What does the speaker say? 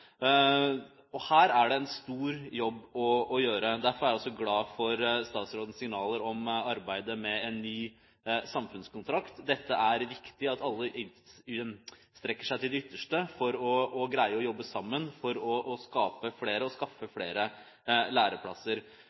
Her er det en stor jobb å gjøre. Derfor er jeg glad for statsrådens signaler om arbeidet med en ny samfunnskontrakt. Det er viktig at alle strekker seg til det ytterste for å greie å jobbe sammen for å skape flere og skaffe flere læreplasser.